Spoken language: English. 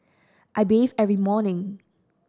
I bathe every morning